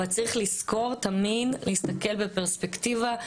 אבל צריך לזכור תמיד להסתכל בפרספקטיבה,